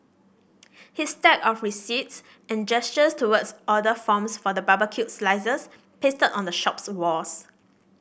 his stack of receipts and gestures towards order forms for the barbecued slices pasted on the shop's walls